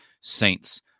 saints